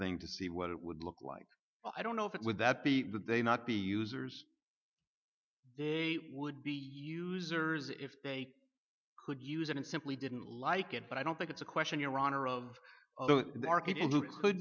thing to see what it would look like i don't know if it would that be that they not be users they would be users if they could use it and simply didn't like it but i don't think it's a question your honor of